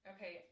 Okay